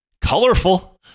colorful